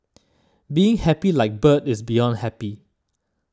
being happy like bird is beyond happy